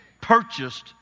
purchased